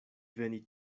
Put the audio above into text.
veni